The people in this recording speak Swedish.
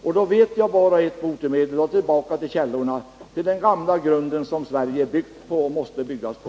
Jag vet bara ett botemedel, och det är att gå tillbaka till källorna, till den gamla grunden som Sverige är byggt på och måste byggas på.